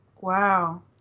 Wow